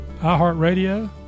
iHeartRadio